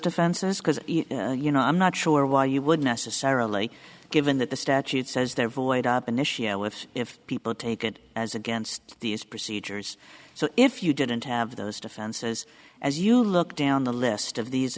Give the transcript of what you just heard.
defenses because you know i'm not sure why you would necessarily given that the statute says there void up initio if if people take it as against these procedures so if you didn't have those defenses as you look down the list of these